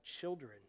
children